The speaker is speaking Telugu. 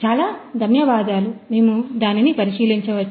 చాలా ధన్యవాదాలు మేము దానిని పరిశీలించవచ్చా